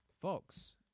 Fox